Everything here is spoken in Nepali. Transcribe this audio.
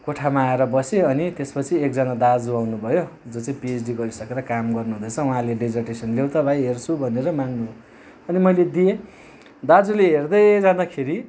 कोठामा आएर बसेँ अनि त्यसपछि एकजना दाजु आउनु भयो जो चाहिँ पिएचडी गरिसकेर काम गर्नु हुँदैछ उहाँले डेजर्टेसन लेऊ त भाइ हेर्छु भनेर माग्नु भयो अनि मैले दिएँ दाजुले हेर्दै जाँदाखेरि